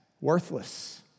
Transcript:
worthless